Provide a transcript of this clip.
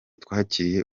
twakiriye